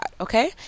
okay